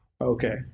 Okay